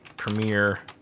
premiere